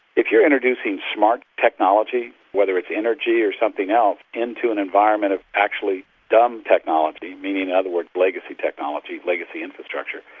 if you're introducing smart technology, whether it's energy or something else, into an environment of actually dumb technology, meaning in other words legacy technology, legacy infrastructure,